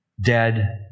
dead